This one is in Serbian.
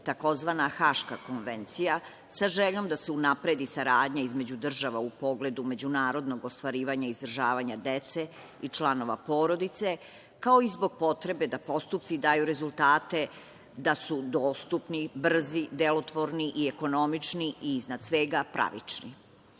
tzv. Haška konvencija sa željom da se unapredi saradnja između država u pogledu međunarodnog ostvarivanja izdržavanja dece i članova porodice, kao i zbog potrebe da postupci daju rezultate, da su dostupni, brzi, delotvorni, ekonomični i iznad svega